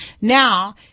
Now